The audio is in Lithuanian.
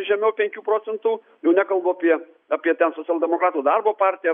žemiau penkių procentų jau nekalbu apie apie ten socialdemokratų darbo partiją